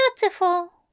beautiful